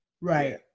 Right